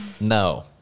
No